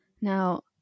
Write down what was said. now